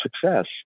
success